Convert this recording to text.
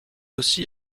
aussi